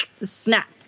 snap